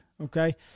Okay